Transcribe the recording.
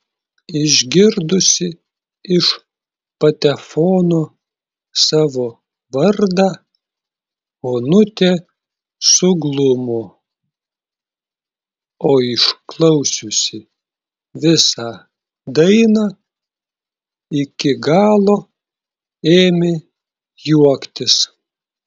išgirdusi iš patefono savo vardą onutė suglumo o išklausiusi visą dainą iki galo ėmė juoktis